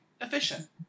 Efficient